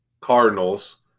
Cardinals